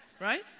Right